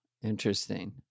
interesting